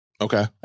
Okay